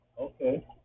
Okay